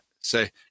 say